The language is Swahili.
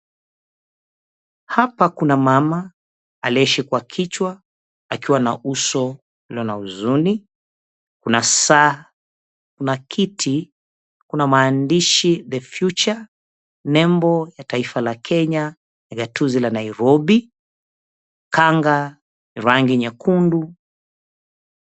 Hapa kuna mama aliyeshikwa kichwa akiwa na uso ulio na huzuni, kuna saa, kuna kiti, kuna maandishi, "The future", nembo ya taifa la Kenya Gatuzi la Nairobi, kanga rangi nyekundu.